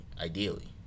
ideally